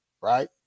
Right